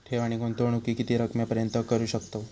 ठेव आणि गुंतवणूकी किती रकमेपर्यंत करू शकतव?